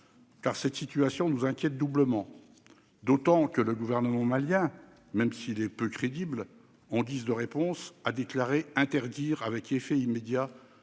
? Cette situation nous inquiète doublement, d'autant que le gouvernement malien, même s'il est peu crédible, a, en guise de réponse, déclaré « interdire, avec effet immédiat,